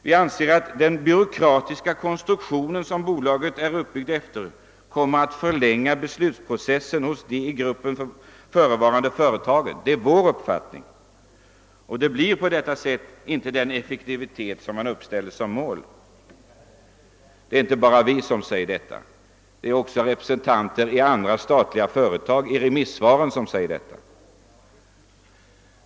Vi anser att den byråkratiska konstruktion som bolaget är uppbyggt efter kommer att förlänga beslutsprocesserna hos de i gruppen ingående företagen, och det blir då inte den effektivitet man uppställer som mål. Det är inte bara vi som säger detta, utan det har också sagts i remissvaren från statliga företag.